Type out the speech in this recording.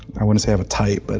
i wouldn't say i have a type, but